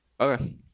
Okay